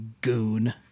goon